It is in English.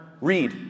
read